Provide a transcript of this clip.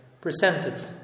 presented